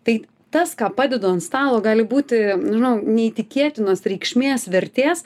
tai tas ką padedu ant stalo gali būti nežinau neįtikėtinos reikšmės vertės